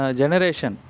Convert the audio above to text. generation